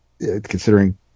considering